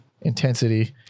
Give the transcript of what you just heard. intensity